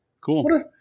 Cool